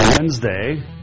Wednesday